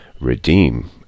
redeem